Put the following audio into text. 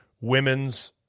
women's